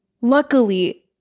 Luckily